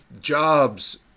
jobs